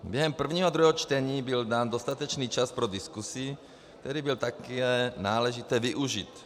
Během prvního a druhého čtení byl dán dostatečný čas pro diskusi, který byl také náležitě využit.